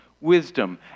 wisdom